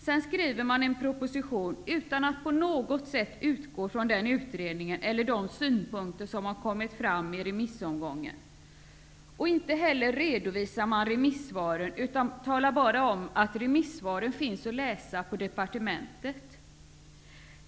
Sedan skriver man en proposition utan att på något sätt utgå från utredningen eller från de synpunkter som har kommit fram vid remissomgången. Inte heller redovisar man remissvaren, utan man talar bara om att remissvaren finns att läsa på departementet.